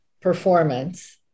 performance